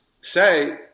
say